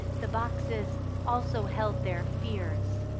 the boxes also held their fears,